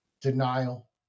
denial